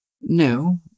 No